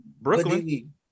Brooklyn